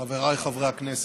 חבריי חברי הכנסת,